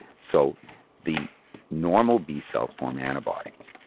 so the normal b-cells form antibodies,